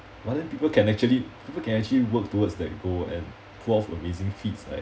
but then people can actually people can actually work towards that goal and pull off amazing feats like